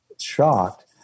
shocked